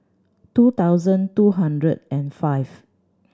two thousand two hundred and five